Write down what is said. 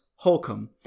Holcomb